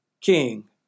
King